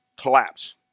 collapse